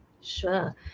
Sure